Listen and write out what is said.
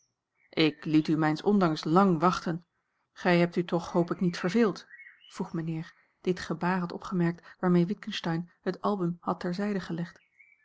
ik liet u mijns ondanks lang wachten gij hebt u toch hoop ik niet verveeld vroeg mijnheer die het gebaar had opgemerkt waarmee witgensteyn het album had ter zijde gelegd